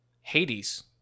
Hades